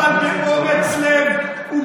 פייק ראש ממשלה יושב פה.